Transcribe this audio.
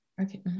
okay